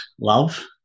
love